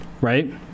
right